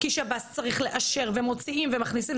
כי שב"ס צריך לאשר ומוציאים ומכניסים.